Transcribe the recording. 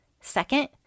Second